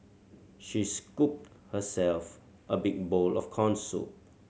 she scooped herself a big bowl of corn soup